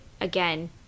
again